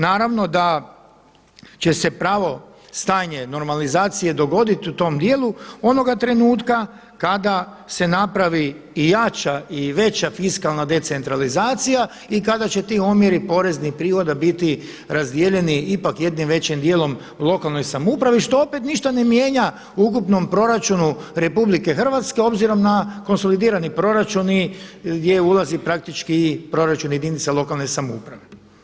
Naravno da će se pravo stanje normalizacije dogoditi u tom dijelu onoga trenutka kada se napravi i jača i veća fiskalna decentralizacija i kada će ti omjeri poreznih prihoda biti razdijeljeni ipak jednim većim dijelom u lokalnoj samoupravi što opet ništa ne mijenja u ukupnom proračunu RH obzirom na konsolidirani proračun i gdje ulazi praktički i proračun jedinica lokalne samouprave.